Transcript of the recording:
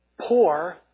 Poor